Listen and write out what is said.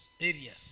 areas